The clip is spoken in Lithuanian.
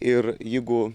ir jeigu